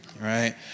Right